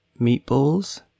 Meatballs